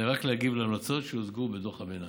אלא רק להגיב להמלצות שהוצגו בדוח הביניים.